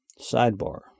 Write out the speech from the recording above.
sidebar